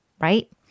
Right